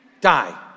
die